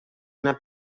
una